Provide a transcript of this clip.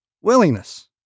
Willingness